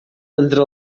entre